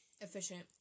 efficient